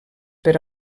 per